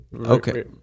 okay